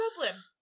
problem